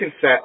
set